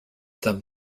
them